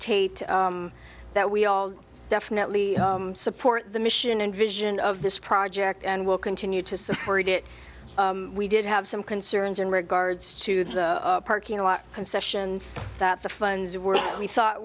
tate that we all definitely support the mission and vision of this project and will continue to support it we did have some concerns in regards to the parking lot concessions that the funds were we thought